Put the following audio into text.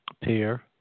peer